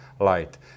light